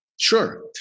Sure